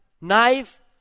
knife